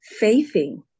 faithing